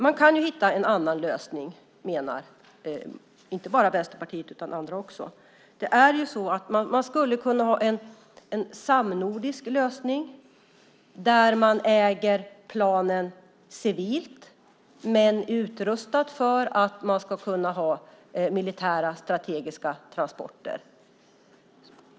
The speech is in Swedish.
Man kan hitta en annan lösning, menar vi - och inte bara vi i Vänsterpartiet utan också andra. Man skulle kunna ha en samnordisk lösning där man äger planen civilt, men där de är utrustade för att man ska kunna göra militära strategiska transporter.